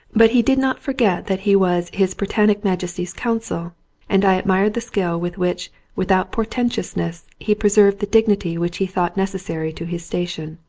but he did not forget that he was his britannic majesty's consul and i admired the skill with which without portentousness he preserved the dig nity which he thought necessary to his station.